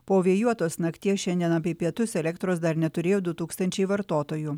po vėjuotos nakties šiandien apie pietus elektros dar neturėjo du tūkstančiai vartotojų